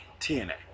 TNA